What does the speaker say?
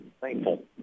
thankful